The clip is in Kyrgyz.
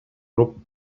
куруп